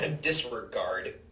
Disregard